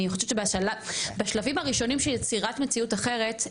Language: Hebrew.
אני חושבת שבשלבים הראשונים של יצירת מציאות אחרת,